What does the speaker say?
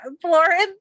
Florence